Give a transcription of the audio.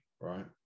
right